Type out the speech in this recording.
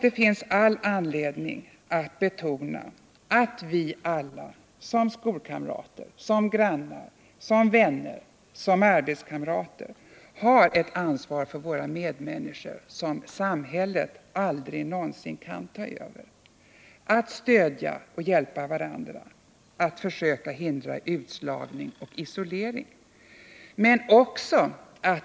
Det finns all anledning att betona att vi alla såsom skolkamrater, grannar, vänner eller arbetskamrater har ett ansvar för våra medmänniskor, som samhället aldrig någonsin kan ta över, när det gäller att stödja och hjälpa varandra och försöka hindra utslagning och isolering.